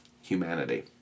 humanity